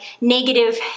negative